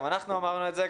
גם אנחנו אמרנו את זה,